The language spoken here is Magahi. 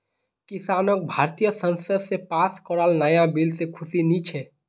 किसानक भारतीय संसद स पास कराल नाया बिल से खुशी नी छे